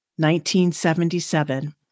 1977